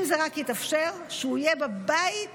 אם זה רק יתאפשר, יהיה בבית